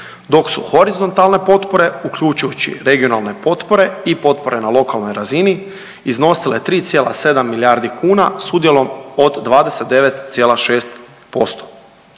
dok su horizontalne potpore, uključujući regionalne potpore i potpore na lokalnoj razini iznosile 3,7 milijardi kuna s udjelom od 29,6%.